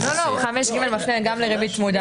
5ג מפנה גם לריבית צמודה.